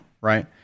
right